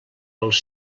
els